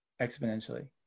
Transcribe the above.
exponentially